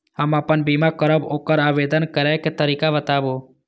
हम आपन बीमा करब ओकर आवेदन करै के तरीका बताबु?